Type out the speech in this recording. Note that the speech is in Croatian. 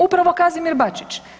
Upravo Kazimir Bačić.